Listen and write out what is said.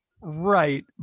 Right